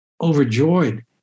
overjoyed